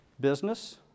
Business